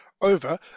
over